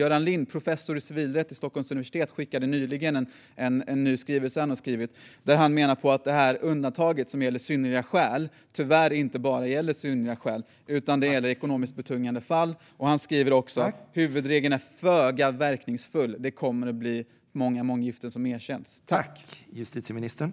Göran Lind, professor i civilrätt vid Stockholms universitet, skickade nyligen en skrivelse där han menar på att undantaget tyvärr inte bara gäller synnerliga skäl utan att det gäller ekonomiskt betungande fall. Han skriver att huvudregeln är föga verkningsfull och att många månggiften kommer att erkännas.